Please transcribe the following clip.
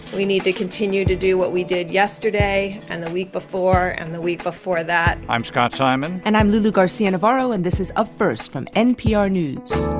we need to continue to do what we did yesterday and the week before and the week before that i'm scott simon and i'm lulu garcia-navarro. and this is up first from npr news